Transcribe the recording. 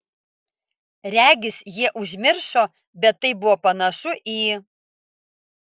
regis jie užmiršo bet tai buvo panašu į